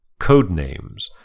Codenames